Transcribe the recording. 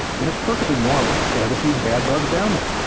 and it's perfectly normal to have a few bad bugs down there.